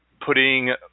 putting